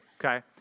okay